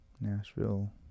Nashville